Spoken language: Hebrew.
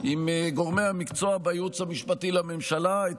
העליתי עם גורמי המקצוע בייעוץ המשפטי לממשלה את